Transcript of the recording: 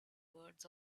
words